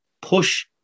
Push